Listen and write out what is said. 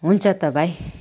हुन्छ त भाइ